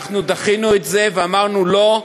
אנחנו דחינו את זה ואמרנו "לא".